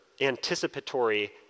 anticipatory